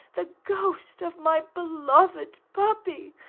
the ghost, of my beloved puppy,